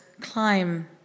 climb